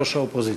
"ראש האופוזיציה".